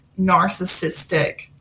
narcissistic